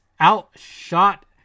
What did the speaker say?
outshot